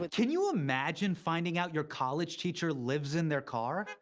but can you imagine finding out your college teacher lives in their car?